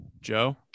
Joe